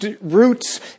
roots